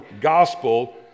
gospel